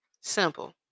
Simple